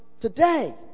today